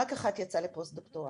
רק אחת יצאה לפוסט דוקטורט.